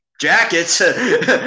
jackets